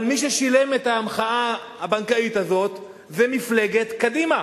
אבל מי ששילם את ההמחאה הבנקאית הזאת זה מפלגת קדימה.